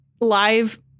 live